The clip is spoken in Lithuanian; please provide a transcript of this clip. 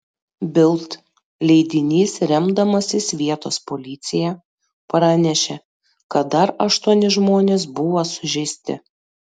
bild leidinys remdamasis vietos policija pranešė kad dar aštuoni žmonės buvo sužeisti